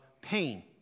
pain